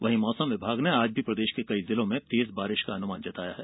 वहीं मौसम विभाग ने आज भी प्रदेश के कई जिलों में तेज बारिश का अनुमान जताया है